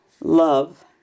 love